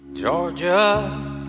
Georgia